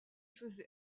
faisait